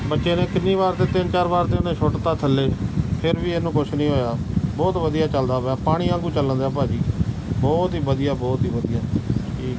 ਬੱਚੇ ਨੇ ਕਿੰਨੀ ਵਾਰ ਤਾਂ ਤਿੰਨ ਚਾਰ ਵਾਰ ਤਾਂ ਉਹਨੇ ਸੁੱਟਤਾ ਥੱਲੇ ਫਿਰ ਵੀ ਇਹਨੂੰ ਕੁਛ ਨਹੀਂ ਹੋਇਆ ਬਹੁਤ ਵਧੀਆ ਚਲਦਾ ਪਿਆ ਪਾਣੀ ਵਾਂਗੂੰ ਚੱਲ ਰਿਹਾ ਭਾਅ ਜੀ ਬਹੁਤ ਹੀ ਵਧੀਆ ਬਹੁਤ ਹੀ ਵਧੀਆ ਠੀਕ